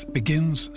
begins